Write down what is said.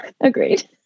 Agreed